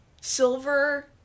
silver